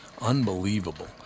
unbelievable